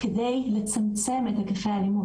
על מנת לצמצם את היקפי האלימות.